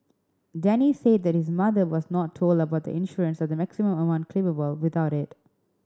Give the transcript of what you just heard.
Denny said that his mother was not told about the insurance or the maximum amount claimable without it